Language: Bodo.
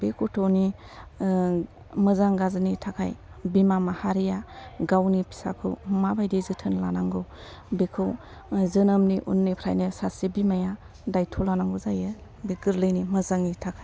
बे गथ'नि मोजां गाज्रिनि थाखाय बिमा माहारिया गावनि फिसाखौ माबादि जोथोन लानांगौ बिखौ जोनोमनि उननिफ्रायनो सासे बिमाया दायथ' लानांगौ जायो बे गोरलैनि मोजांनि थाखाय